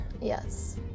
Yes